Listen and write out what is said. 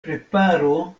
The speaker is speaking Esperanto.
preparo